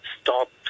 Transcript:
stop